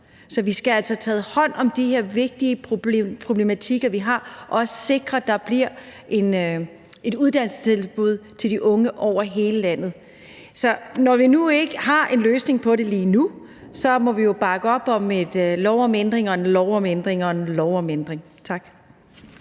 Så vi skal altså have taget hånd om de her vigtige problematikker, vi har, og også sikre, at der bliver et uddannelsestilbud til de unge over hele landet. Så når vi nu ikke har en løsning på det lige nu, må vi jo bakke op om en lov om ændring af en lov om ændring af en lov om ændring. Tak.